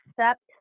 accept